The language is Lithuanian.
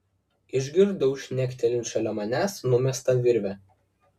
išgirdau žnektelint šalia manęs numestą virvę